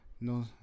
No